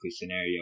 scenario